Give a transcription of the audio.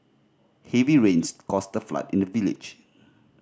heavy rains caused a flood in the village